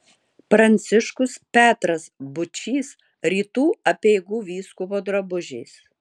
pranciškus petras būčys rytų apeigų vyskupo drabužiais